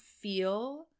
feel